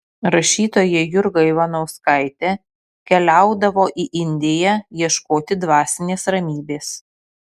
rašytoja jurga ivanauskaitė keliaudavo į indiją ieškoti dvasinės ramybės